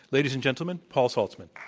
ladies and gentlemen, paul saltzman.